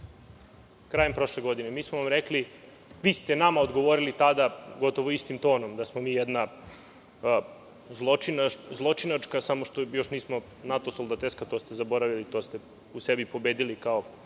krajem prošle godine. Mi smo vam rekli, odnosno vi ste nama odgovorili tada gotovo istim tonom da smo mi jedna zločinačka samo što još nismo nato soldateska to ste zaboravili, to ste u sebi pobedili kao